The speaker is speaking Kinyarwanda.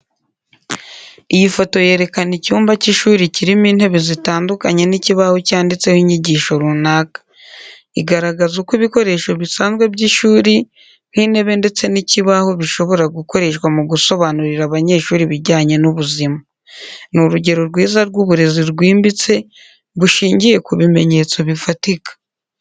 Iyi foto yerekana icyumba cy’ishuri kirimo intebe zitandukanye n’ikibaho cyanditseho inyigisho runaka. Igaragaza uko ibikoresho bisanzwe by’ishuri nk' intebendetse n'ikibaho bishobora gukoreshwa mu gusobanurira abanyeshuri ibijyanye n’ubuzima. Ni urugero rwiza rw’uburezi bwimbitse bushingiye ku bimenyetso bifatika.